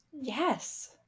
yes